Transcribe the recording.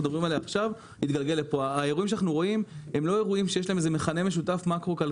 מדברים עליה עכשיו הוא מאוד-מאוד-מאוד נמוך.